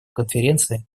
конференции